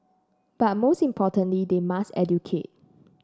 but most importantly they must educate